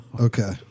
Okay